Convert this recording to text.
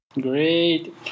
great